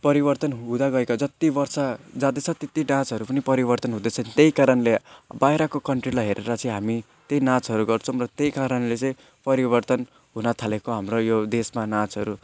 परिवर्तन हुँदा गएका जति वर्ष जाँदैछ त्यत्ति डान्सहरू पनि परिवर्तन हुँदैछ त्यही कारणले बाहिरको कन्ट्रीलाई हेरेर चाहिँ हामी त्यही नाचहरू गर्छौँ र त्यही कारणले चाहिँ परिवर्तन हुनथालेको हाम्रो यो देशमा नाचहरू